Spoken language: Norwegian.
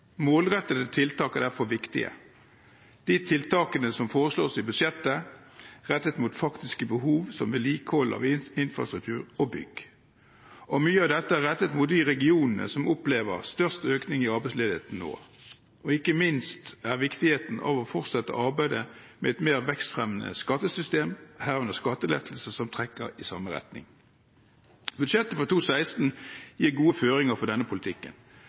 Målrettede tiltak er derfor viktige. De tiltakene som foreslås i budsjettet, er rettet mot faktiske behov som vedlikehold av infrastruktur og bygg. Mye av dette er rettet mot de regionene som opplever størst økning i arbeidsledigheten nå. Ikke minst er det viktig å fortsette arbeidet med et mer vekstfremmende skattesystem, herunder skattelettelser som trekker i samme retning. Budsjettet for 2016 gir gode føringer for denne politikken.